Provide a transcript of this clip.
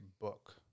book